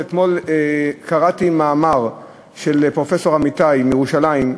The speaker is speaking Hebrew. שאתמול קראתי מאמר של פרופסור אמיתי מירושלים,